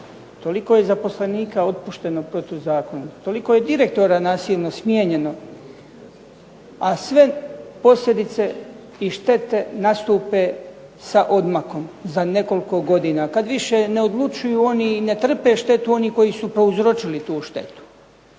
toliko je zaposlenika otpušteno protuzakonito, toliko je direktora nasilno smijenjeno a sve posljedice i štete nastupe sa odmakom za nekoliko godina, kad više ne odlučuju oni i ne trpe štetu oni koji su prouzročili tu štetu,